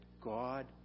God